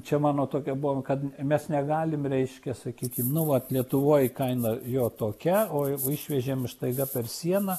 čia mano tokia buvo kad mes negalim reiškia sakykim nu vat lietuvoj kaina jo tokia o jeigu išvežėm staiga per sieną